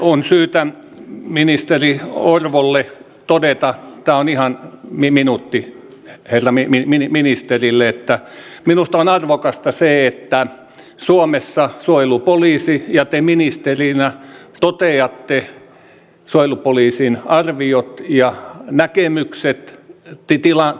on syytä ministeri orvolle todeta tämä on ihan minuutti herra ministerille että minusta on arvokasta se että suomessa suojelupoliisi ja te ministerinä toteatte suojelupoliisin arviot ja näkemykset tilanteesta